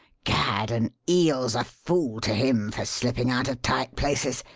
gad, an eel's a fool to him for slipping out of tight places.